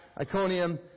Iconium